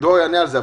יענה על זה.